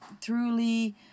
truly